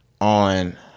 On